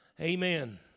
amen